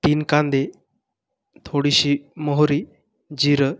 तीन कांदे थोडीशी मोहरी जिरं